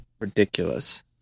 ridiculous